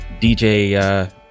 DJ